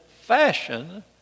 fashion